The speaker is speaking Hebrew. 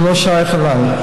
זה לא שייך אליי.